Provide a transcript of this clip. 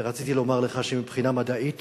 ורציתי לומר לך שמבחינה מדעית